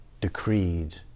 decreed